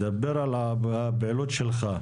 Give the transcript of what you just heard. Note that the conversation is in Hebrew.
דבר על הפעילות שלך.